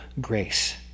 grace